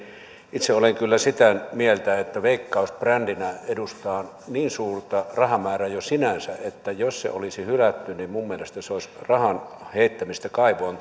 itse olen kyllä sitä mieltä että veikkaus brändinä edustaa jo sinänsä niin suurta rahamäärää että jos se olisi hylätty niin minun mielestäni se olisi tavallaan ollut rahan heittämistä kaivoon